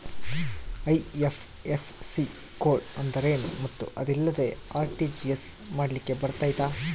IFSC code ಅಂದ್ರೇನು ಮತ್ತು ಅದಿಲ್ಲದೆ ಆರ್.ಟಿ.ಜಿ.ಎಸ್ ಮಾಡ್ಲಿಕ್ಕೆ ಬರ್ತೈತಾ?